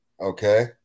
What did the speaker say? Okay